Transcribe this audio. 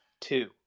two